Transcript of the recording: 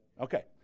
Okay